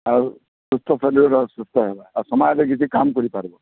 ଆଉ ସୁସ୍ଥ ଶରୀରର୍ ସୁସ୍ଥ ହେବା ଆଉ ସମାଜରେ କିଛି କାମ୍ କରିପାରିବ